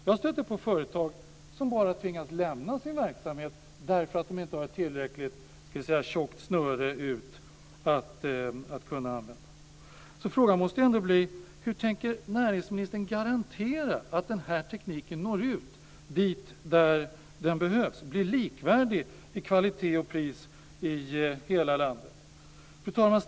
Jag stöter på företag som bara tvingas att lämna sin verksamhet, därför att de inte har ett tillräckligt tjockt snöre ut att kunna använda. Frågan måste bli: Hur tänker näringsministern garantera att den här tekniken når ut dit där den behövs och blir likvärdig i kvalitet och pris i hela landet? Fru talman!